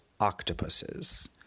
octopuses